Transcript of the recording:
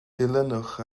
dilynwch